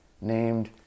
named